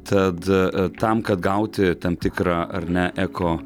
tad tam kad gauti tam tikrą ar ne eko